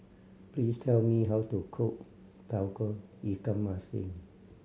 please tell me how to cook Tauge Ikan Masin